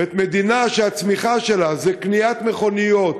מדינה שהצמיחה שלה היא קניית מכוניות,